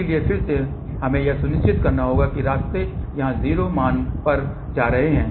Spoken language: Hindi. इसलिए फिर से हमें यह सुनिश्चित करना होगा कि रास्ते यहां 0 मान पर जा रहे हैं